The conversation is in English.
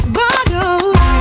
bottles